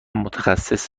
متخصص